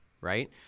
right